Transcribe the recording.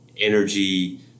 energy